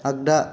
आग्दा